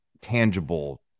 tangible